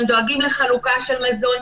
הם דואגים לחלוקה של מזון.